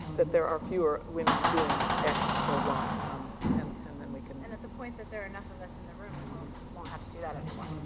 that there are fewer women doing x or y and and then we can and at the point that there are enough of us in the room, we won't won't have to do that anymore.